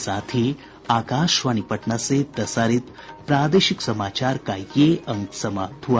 इसके साथ ही आकाशवाणी पटना से प्रसारित प्रादेशिक समाचार का ये अंक समाप्त हुआ